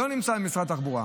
הוא לא נמצא במשרד התחבורה.